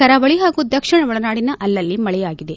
ಕರಾವಳಿ ಹಾಗೂ ದಕ್ಷಿಣ ಒಳನಾಡಿನ ಅಲ್ಲಲ್ಲಿ ಮಳೆಯಾಗಿದೆ